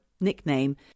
nickname